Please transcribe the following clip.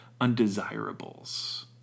undesirables